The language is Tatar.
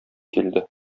килде